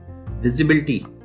visibility